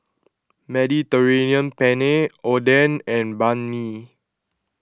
Mediterranean Penne Oden and Banh Mi